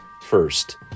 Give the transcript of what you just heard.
first